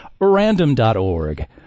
random.org